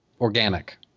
organic